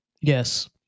Yes